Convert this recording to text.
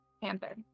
Panther